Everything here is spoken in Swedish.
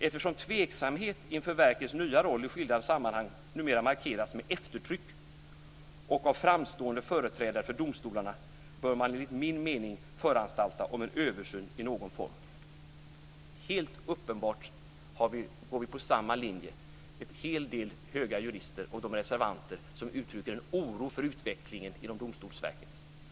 Eftersom tveksamheten inför verkets nya roll i skilda sammanhang numera markerats med eftertryck och av framstående företrädare för domstolarna, bör man enligt min mening föranstalta om en översyn i någon form." Helt uppenbart går vi på samma linje, en hel del höga jurister och de reservanter som uttrycker en oro för utvecklingen inom Domstolsverket.